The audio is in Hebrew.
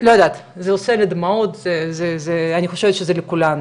לא יודעת, זה עושה לי דמעות, אני חושבת שלכולנו.